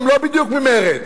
הם לא בדיוק ממרצ.